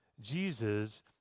Jesus